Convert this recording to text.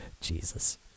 Jesus